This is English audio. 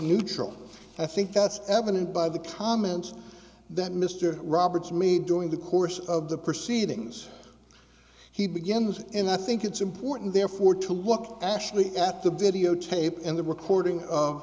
neutral i think that's evident by the comments that mr roberts me during the course of the proceedings he begins and i think it's important therefore to look actually at the videotape and the recording